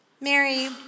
Mary